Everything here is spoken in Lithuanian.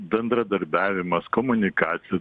bendradarbiavimas komunikacija